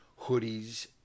hoodies